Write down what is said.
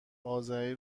آذری